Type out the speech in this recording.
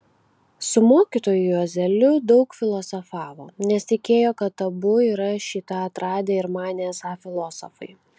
su mokytoju juozeliu daug filosofavo nes tikėjo kad abu yra šį tą atradę ir manė esą filosofai